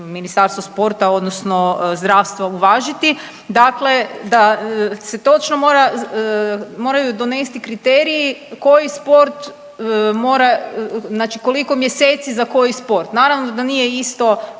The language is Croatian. Ministarstvo sporta, odnosno zdravstva uvažiti. Dakle, da se točno moraju donesti kriteriji koji sport mora, znači koliko mjeseci za koji sport. Naravno da nije isto